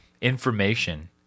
information